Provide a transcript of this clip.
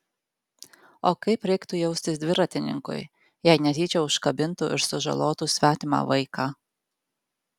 o kaip reiktų jaustis dviratininkui jei netyčia užkabintų ir sužalotų svetimą vaiką